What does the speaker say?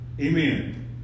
amen